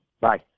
Bye